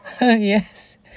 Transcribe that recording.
Yes